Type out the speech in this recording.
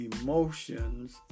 emotions